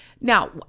Now